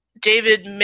David